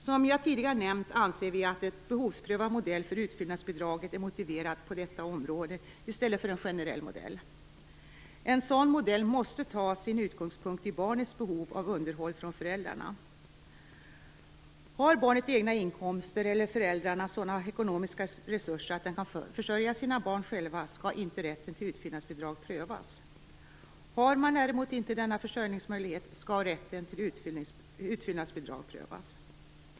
Som jag tidigare nämnt anser vi att en behovsprövad modell för utfyllnadsbidraget är motiverad på detta område i stället för en generell modell. En sådan modell måste ta sin utgångspunkt i barnets behov av underhåll från föräldrarna. Har barnet egna inkomster eller föräldrarna sådana ekonomiska resurser att de kan försörja sina barn själva skall inte rätten till utfyllnadsbidrag prövas. Har man däremot inte denna försörjningsmöjlighet skall rätten till utfyllnadsbidrag prövas.